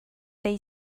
they